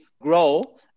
grow